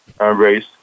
race